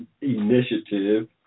initiative